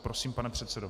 Prosím, pane předsedo.